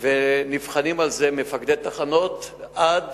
ונבחנים על זה מפקדי תחנות עד